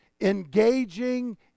engaging